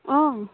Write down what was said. অঁ